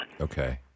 Okay